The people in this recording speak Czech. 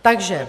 Takže.